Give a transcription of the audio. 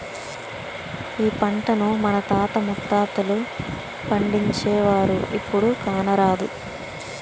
ఈ పంటను మన తాత ముత్తాతలు పండించేవారు, ఇప్పుడు కానరాదు